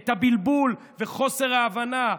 את הבלבול וחוסר ההבנה,